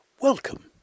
Welcome